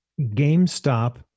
GameStop